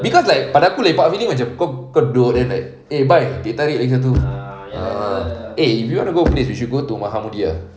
because like pada aku lepak feeling macam kau kau duduk then like eh bhai teh tarik lagi satu ah eh if you want to go place you should go to mahamoodiya